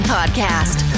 Podcast